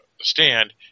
stand